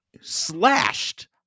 slashed